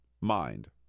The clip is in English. mind